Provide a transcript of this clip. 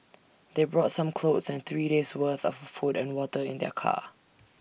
they brought some clothes and three days' worth of food and water in their car